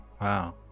Wow